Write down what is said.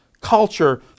culture